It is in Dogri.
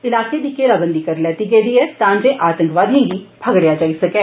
इलाके दी घेराबंदी करी लैती गेदी ऐ तां जे आतंकवादिएं गी फगड़ेआ जाई सकै